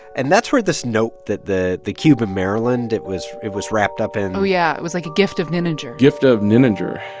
and that's where this note that the the cube of maryland it was it was wrapped up in. oh, yeah. it was like a gift of nininger gift ah of nininger,